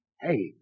Hey